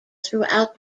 throughout